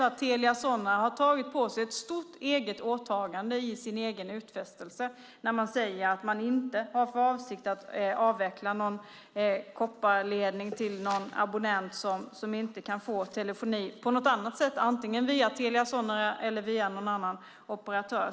Telia Sonera har tagit på sig ett stort eget åtagande i sin utfästelse när man säger att man inte har för avsikt att avveckla någon kopparledning till någon abonnent som inte kan få telefoni på något annat sätt - antingen via Telia Sonera eller via någon annan operatör.